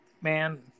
man